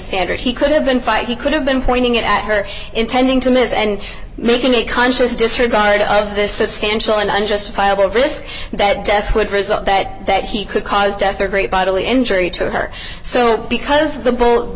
standard he could have been fight he could have been pointing it at her intending to miss and making a conscious disregard of this substantial and unjustifiable vis that death would result that that he could cause death or great bodily injury to her so because the bull